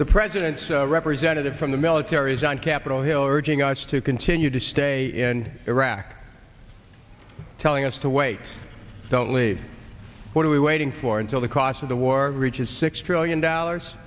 the president's representative from the military is on capitol hill urging us to continue to stay in iraq telling us to wait don't leave what are we waiting for until the cost of the war reaches six trillion dollars